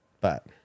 but-